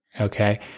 Okay